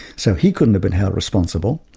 so he couldn't have been held responsible.